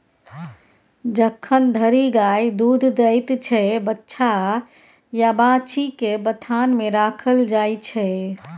जखन धरि गाय दुध दैत छै बछ्छा या बाछी केँ बथान मे राखल जाइ छै